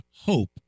hope